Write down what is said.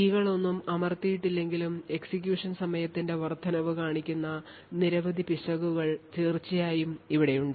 കീകളൊന്നും അമർത്തിയിട്ടില്ലെങ്കിലും എക്സിക്യൂഷൻ സമയത്തിന്റെ വർദ്ധനവ് കാണിക്കുന്ന നിരവധി പിശകുകൾ തീർച്ചയായും ഇവിടെയുണ്ട്